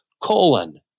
colon